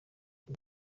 iki